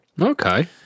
okay